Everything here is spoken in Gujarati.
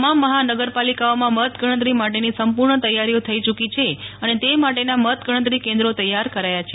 તમામ મહાનગર પાલિકાઓમાં મતગણતરી માટેની સંપૂર્ણ તૈયારીઓ થઈ ચૂકી છે અને તે માટે ના મતગણતરી કેન્દ્રો તૈયાર કરાયાં છે